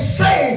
say